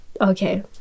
Okay